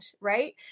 right